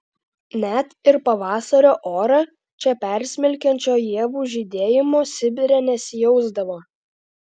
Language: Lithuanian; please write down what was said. net ir pavasario orą čia persmelkiančio ievų žydėjimo sibire nesijausdavo